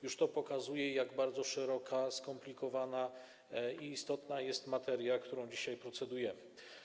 Już to pokazuje, jak bardzo szeroka, skomplikowana i istotna jest materia, nad którą dzisiaj procedujemy.